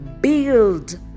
build